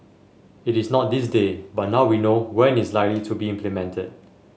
it is not this day but now we know when it's likely to be implemented